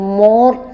more